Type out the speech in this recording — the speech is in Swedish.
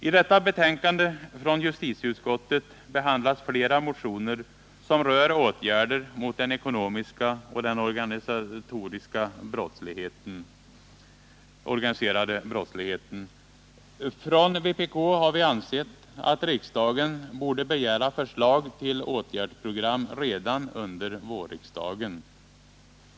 I detta betänkande från justitieutskottet behandlas flera motioner som rör åtgärder mot den ekonomiska och organiserade brottsligheten. Från vpk:s sida har vi ansett att riksdagen borde begära förslag till åtgärdsprogram redan under vårriksdagen.